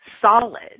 solid